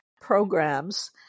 programs